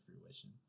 fruition